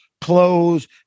clothes